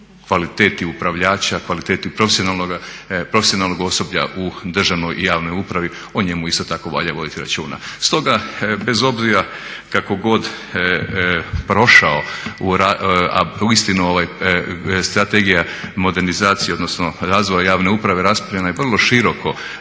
kvaliteti upravljača, kvaliteti profesionalnog osoblja u državnoj i javnoj upravi, o njemu isto tako valja voditi računa. Stoga bez obzira kako god prošao, a uistinu strategija modernizacije odnosno razvoja javne uprave raspravljena je vrlo široko